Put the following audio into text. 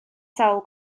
sawl